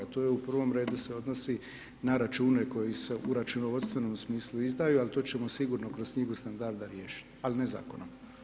To je u prvom redu se odnosi na račune koji se u računovodstvenom smislu izdaju, ali to ćemo sigurno kroz knjigu standarda riješiti, al ne Zakonom.